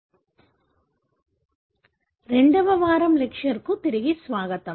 Mendelian వంశపారంపర్యపు patterns లో సమస్యలు రెండవ వారం లెక్చర్ కు తిరిగి స్వాగతం